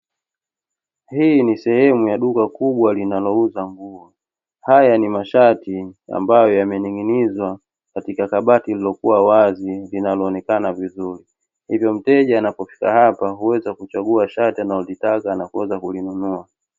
Hili ni sehemu ya duka kubwa linalouza nguo. Haya ni mashati ambayo yamening'inizwa katika kabati lililokuwa wazi linaloonekana vizuri, hivyo mteja anapofika hapa huweza kuchagua shati analolitaka na kuweza kulinunua.